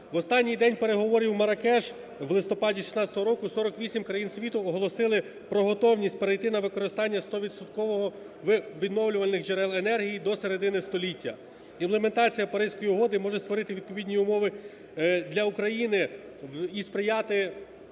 В останній день переговорів в Марракеш в листопаді 2016 року 48 країн світу оголосили про готовність перейти на використання стовідсотково відновлювальних джерел енергії до середини століття. Імплементація Паризької угоди може створити відповідні умови для України і сприяти